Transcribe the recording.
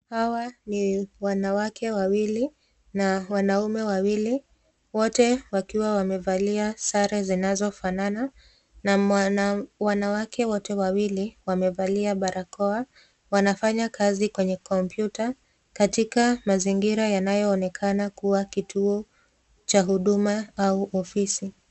Hawa ni wanawake wawili na wanaume wawili wote wakiwa wamevalia sare zinazofanana na wanawake wote wawili wamevalia barakoa. Wanafanya kazi kwenye kompyuta katika mazingira yanayoonekana kuwa kituo cha huduma au ofisi.